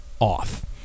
off